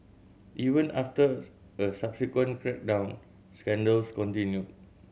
even after a subsequent crackdown scandals continued